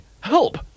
help